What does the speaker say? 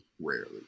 rarely